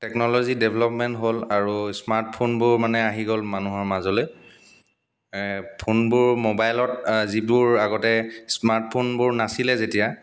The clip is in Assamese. টেকনলজি ডেভেলপমেণ্ট হ'ল আৰু স্মাৰ্তফোনবোৰ মানে আহি গ'ল মানুহৰ মাজলৈ ফোনবোৰ মোবাইলত যিবোৰ আগতে স্মাৰ্টফোনবোৰ নাছিলে যেতিয়া